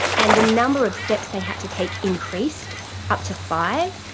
and the number of steps they had to take increased up to five,